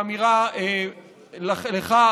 באמירה לך,